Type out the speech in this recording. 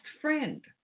friend